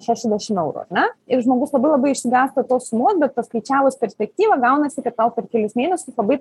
šešiasdešim eurų ar ne ir žmogus labai labai išsigąsta tos sumos bet paskaičiavus perspektyvą gaunasi kad tau per kelis mėnesius labai